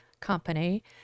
company